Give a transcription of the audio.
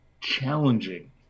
challenging